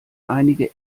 einige